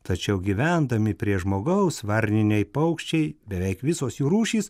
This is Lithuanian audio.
tačiau gyvendami prie žmogaus varniniai paukščiai beveik visos jų rūšys